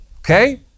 okay